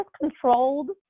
controlled